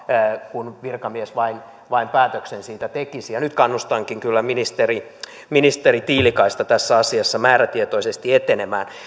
kun virkamies vain vain päätöksen siitä tekisi nyt kannustankin kyllä ministeri ministeri tiilikaista tässä asiassa määrätietoisesti etenemään